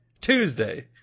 Tuesday